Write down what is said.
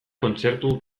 kontzertu